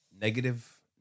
negative